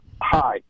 hi